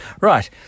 Right